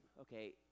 okay